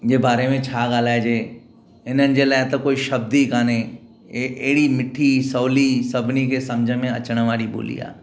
जे बारे में छा ॻाल्हाइजे इननि जे लाइ त को बि शब्द ई काने ए अहिड़ी मिठी सवली सभनी खे सम्झि में अचणु वारी ॿोली आहे